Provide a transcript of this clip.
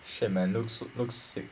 shit man looks looks sick